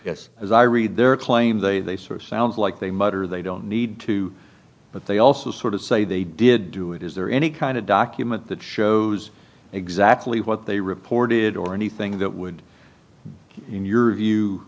yes as i read their claim they they sort of sounds like they might or they don't need to but they also sort of say they did do it is there any kind of document that shows exactly what they reported or anything that would be in your view